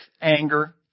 anger